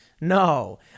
No